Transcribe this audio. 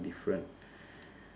different